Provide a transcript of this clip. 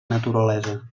naturalesa